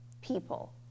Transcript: people